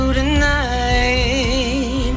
tonight